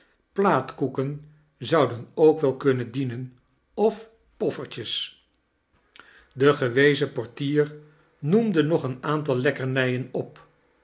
plaatkoeken zouden ook wel kunnen dienen of poffertjes de gewezen portder noemde nog een aantal lekkernijen op